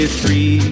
three